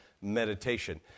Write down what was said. meditation